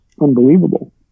unbelievable